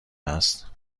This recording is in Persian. است